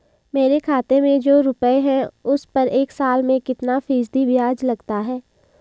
मेरे खाते में जो रुपये हैं उस पर एक साल में कितना फ़ीसदी ब्याज लगता है?